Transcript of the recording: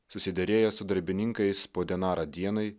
susiderėjo su darbininkais po denarą dienai